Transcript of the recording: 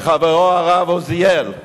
וחברו הרב עוזיאל,